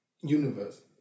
universe